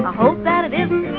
hope that it isn't